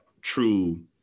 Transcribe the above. true